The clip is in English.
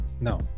No